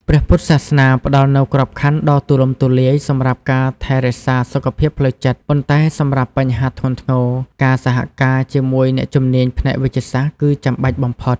ព្រះពុទ្ធសាសនាផ្ដល់នូវក្របខ័ណ្ឌដ៏ទូលំទូលាយសម្រាប់ការថែរក្សាសុខភាពផ្លូវចិត្ត ប៉ុន្តែសម្រាប់បញ្ហាធ្ងន់ធ្ងរ ការសហការជាមួយអ្នកជំនាញផ្នែកវេជ្ជសាស្ត្រគឺចាំបាច់បំផុត។